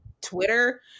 Twitter